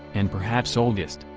and perhaps oldest,